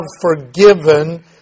forgiven